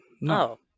no